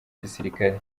gisirikare